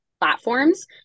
platforms